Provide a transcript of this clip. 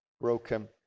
broken